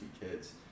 kids